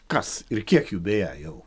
kas ir kiek jų beje jau